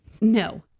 No